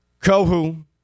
Kohu